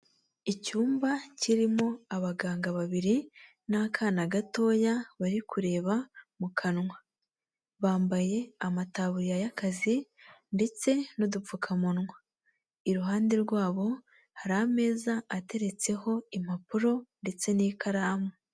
Icyumba kirimo abaganga babiri n'akana gatoya bari kureba mu kanwa, bambaye amataburiya y'akazi ndetse n'udupfukamunwa, iruhande rwabo hari ameza ateretseho impapuro ndetse n'ikaramu.